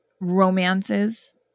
romances